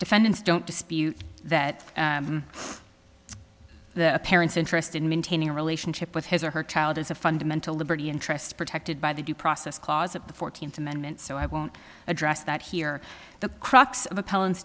defendants don't dispute that the parent's interest in maintaining a relationship with his or her child is a fundamental liberty interest protected by the due process clause of the fourteenth amendment so i won't address that here the crux of